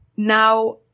Now